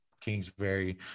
Kingsbury